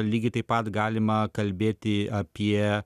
lygiai taip pat galima kalbėti apie